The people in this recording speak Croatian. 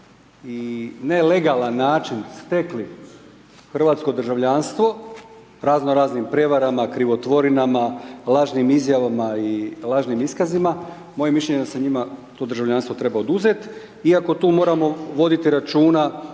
i nelegalan način stekli hrvatsko državljanstvo, razno raznim prijevarama, krivotvorinama, lažnim izjavama i lažnim iskazima, moje mišljenje je da se njima to državljanstvo treba oduzet, iako tu moramo voditi računa